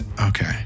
Okay